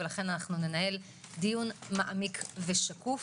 לכן ננהל דיון מעמיק ושקוף.